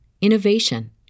innovation